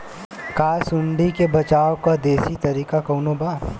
का सूंडी से बचाव क देशी तरीका कवनो बा?